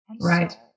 Right